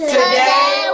Today